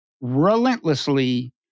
relentlessly